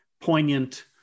poignant